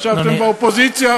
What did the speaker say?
עכשיו אתם באופוזיציה.